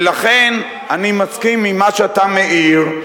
ולכן אני מסכים עם מה שאתה מעיר.